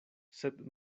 sed